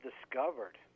discovered